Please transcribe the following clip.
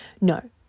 No